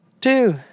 Two